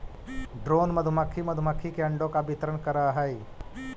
drone मधुमक्खी मधुमक्खी के अंडों का वितरण करअ हई